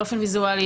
באופן ויזואלי,